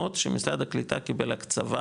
מסוימות שמשרד הקליטה קיבל הקצבה